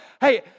hey